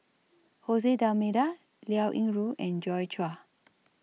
Jose D'almeida Liao Yingru and Joi Chua